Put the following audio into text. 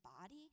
body